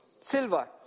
silver